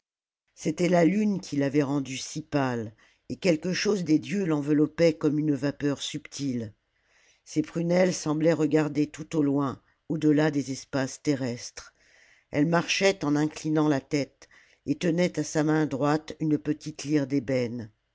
c'était la lune qui l'avait rendue si pâle et quelque chose des dieux fenveloppait comme une vapeur subtile ses prunelles semblaient regarder tout au loin au delà des espaces terrestres elle marchait en inclinant la tête et tenait à sa main droite une petite lyre